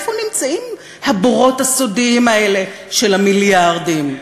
איפה נמצאים הבורות הסודיים האלה של המיליארדים?